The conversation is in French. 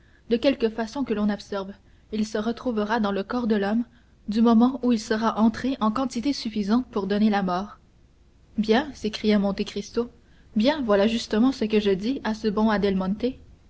de quelque façon qu'on l'absorbe il se retrouvera dans le corps de l'homme du moment où il sera entré en quantité suffisante pour donner la mort bien s'écria monte cristo bien voilà justement ce que je dis à ce bon